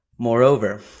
Moreover